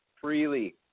freely